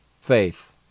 faith